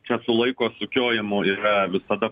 čia su laiko sukiojimu yra visada